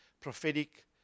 prophetic